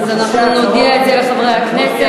אז אנחנו נודיע את זה לחברי הכנסת.